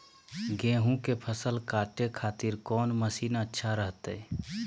गेहूं के फसल काटे खातिर कौन मसीन अच्छा रहतय?